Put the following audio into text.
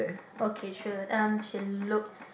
okay sure um she looks